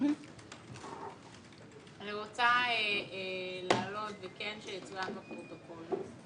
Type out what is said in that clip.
אני רוצה להעלות, וכן, שיירשם בפרוטוקול.